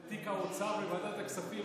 ותיק האוצר וועדת הכספים,